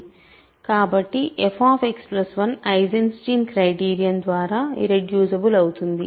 కాబట్టి fX1 Eisenstein criterion ద్వారా irreducible అవుతుంది